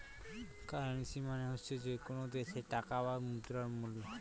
currency মানে হচ্ছে যে কোনো দেশের টাকা বা মুদ্রার মুল্য